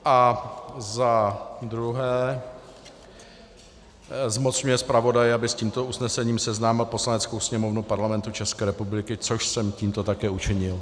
A za druhé, zmocňuje zpravodaje, aby s tímto usnesením seznámil Poslaneckou sněmovnu Parlamentu České republiky, což jsem tímto také učinil.